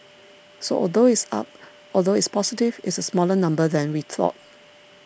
so although it's up although it's positive it's a smaller number than we thought